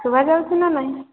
ଶୁଭାଯାଉଛି ନା ନାହିଁ